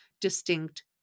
distinct